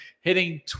hitting